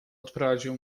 odprowadził